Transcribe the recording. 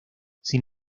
sin